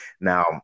Now